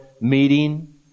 meeting